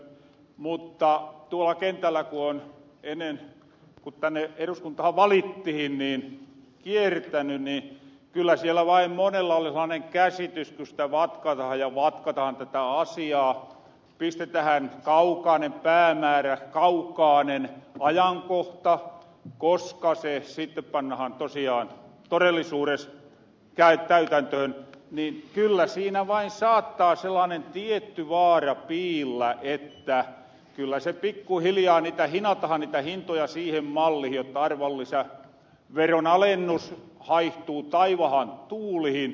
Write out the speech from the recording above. mutta tuolla kentällä kun on ennen kun tänne eduskuntahan valittihin kiertäny niin kyllä siellä vain monella oli sellaanen käsitys että kun sitä vatkatahan ja vatkatahan tätä asiaa pistetähän kaukaanen päämäärä kaukaanen ajankohta koska se sitten pannahan tosiaan todellisuudes täytäntöhön niin kyllä siinä vain saattaa sellaanen tietty vaara piillä että kyllä pikkuhiljaa niitä hinatahan niitä hintoja siihen mallihin jotta arvonlisäveron alennus haihtuu taivahan tuulihin